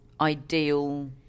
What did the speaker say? ideal